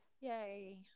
Yay